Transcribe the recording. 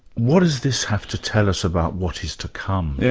what does this have to tell us about what is to come?